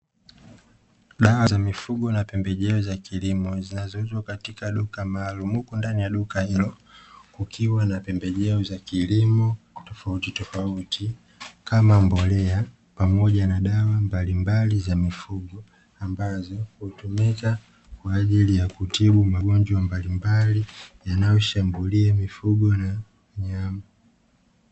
Dawa za mifugo na pembejeo zinazouzwa katika duka maalumu, huku ndani ya duka hilo kukiwa na pembejeo tofautitofauti, kama mbolea pamoja na dawa mbalimbali za mifugo, ambazo hutumika kutibu magonjwa mbalimbali yanayotumika kushambulia mifugo na wanyama .